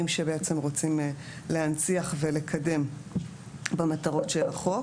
שבעצם רוצים להנציח ולקדם במטרות של החוק.